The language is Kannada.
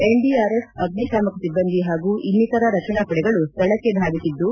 ಎನ್ಡಿಆರ್ಎಫ್ ಅಗ್ಟಿತಾಮಕ ಸಿಬ್ಲಂದಿ ಹಾಗೂ ಇನ್ನಿತರ ರಕ್ಷಣಾ ಪಡೆಗಳು ಸ್ಥಳಕ್ಕೆ ಧಾವಿಸಿದ್ದು